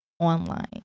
online